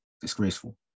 Disgraceful